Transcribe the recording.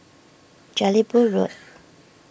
Jelebu Road